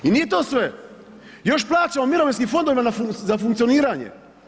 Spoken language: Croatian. I nije to sve, još plaćamo mirovinskim fondovima za funkcioniranje.